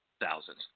thousands